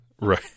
Right